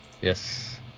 Yes